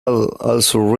also